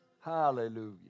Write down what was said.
Hallelujah